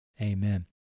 Amen